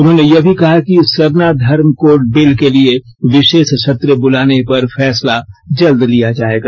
उन्होंने यह भी कहा कि सरना धर्म कोड बिल के लिए विशीश सत्र बुलाने पर फैसला जल्द लिया जायेगा